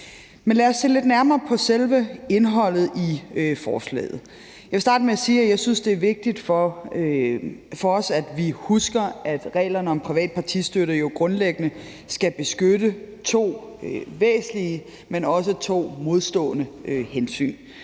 lad os se lidt nærmere på selve indholdet i forslaget. Jeg vil starte med at sige, at jeg synes, det er vigtigt, at vi husker, at reglerne om privat partistøtte jo grundlæggende skal beskytte to væsentlige, men også modstående hensyn.